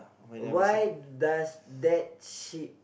why does that ship